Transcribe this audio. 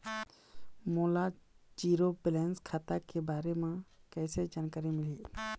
मोला zero balance खाता के बारे म कैसे जानकारी मिलही?